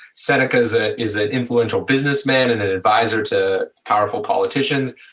seneca is ah is an influential businessman and and advisor to powerful politicians,